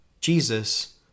Jesus